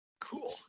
Cool